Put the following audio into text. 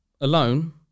alone